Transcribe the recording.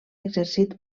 exercit